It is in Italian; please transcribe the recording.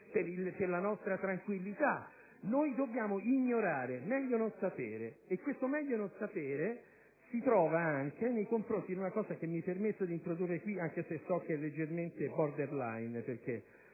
per la nostra tranquillità. Noi dobbiamo ignorare, meglio non sapere. E questo meglio non sapere si trova anche nei confronti di un aspetto che mi permetto di introdurre qui, anche se so che è leggermente *border line*, perché